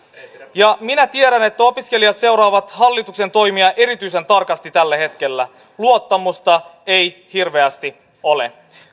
ja minä tiedän että opiskelijat seuraavat hallituksen toimia erityisen tarkasti tällä hetkellä luottamusta ei hirveästi ole